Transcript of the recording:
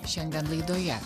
šiandien laidoje